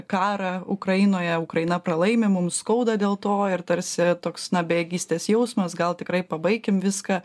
karą ukrainoje ukraina pralaimi mums skauda dėl to ir tarsi toks na bejėgystės jausmas gal tikrai pabaikim viską